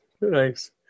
nice